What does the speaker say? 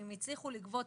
א הצליחו לגבות